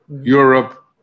Europe